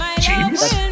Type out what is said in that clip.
James